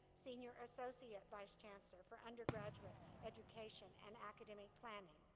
senior associate vice chancellor for undergraduate education and academic planning.